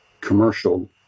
commercial